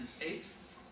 apes